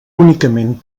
únicament